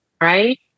right